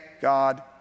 God